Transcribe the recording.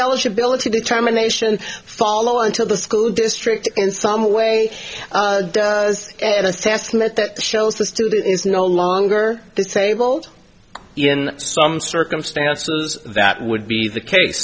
eligibility determination follow until the school district in some way does an assessment that shows the student is no longer disabled in some circumstances that would be the case